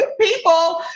people